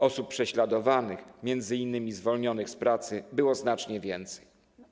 Osób prześladowanych, m.in. zwolnionych z pracy było znacznie więcej.